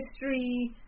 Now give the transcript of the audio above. history